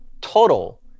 total